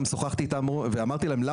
יש לנו בתנועה עשרות קבלנים קטנים.